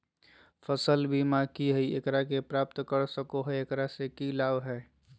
फसल बीमा की है, एकरा के प्राप्त कर सको है, एकरा से की लाभ है?